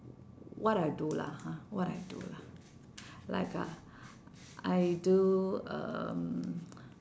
what I do lah ha what I do lah like uh I do um